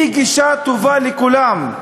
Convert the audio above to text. היא גישה טובה לכולם.